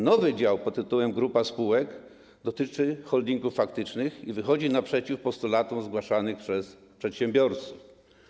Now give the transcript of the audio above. Nowy dział pt. „Grupa spółek” dotyczy holdingów faktycznych i wychodzi naprzeciw postulatom zgłaszanym przez przedsiębiorców.